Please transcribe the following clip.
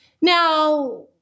now